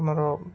ଆମର